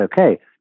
okay